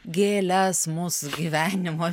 gėles mūsų gyvenimo